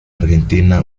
argentina